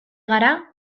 gara